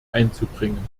einzubringen